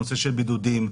על בידודים,